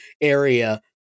area